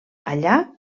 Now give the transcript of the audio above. allà